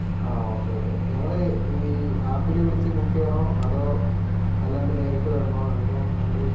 ആ okay okay ഞങ്ങൾ ഇത് ഈ ആപ്പിൽ വിളിച്ച് ബുക്ക് ചെയ്യുകയാണോ അതോ അല്ലാണ്ട് നേരിട്ട് വരണോ എങ്ങനെയാണ് വേണ്ടത്